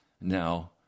now